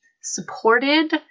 supported